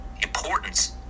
importance